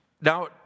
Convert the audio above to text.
Now